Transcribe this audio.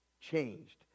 changed